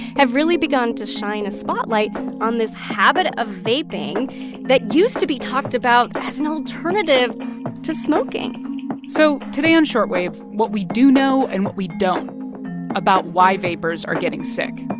have really begun to shine a spotlight on this habit of vaping that used to be talked about as an alternative to smoking so today on short wave, what we do know and what we don't about why vapors are getting sick